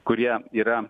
kurie yra